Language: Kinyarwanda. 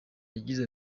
yagize